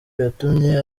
yatumye